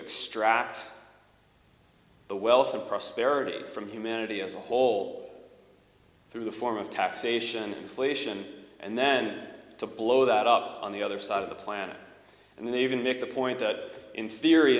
extract the wealth of prosperity from humanity as a whole through the form of taxation inflation and then to blow that up on the other side of the planet and they even make the point that in